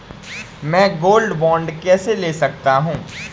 मैं gold bond कैसे ले सकता हूँ?